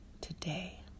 today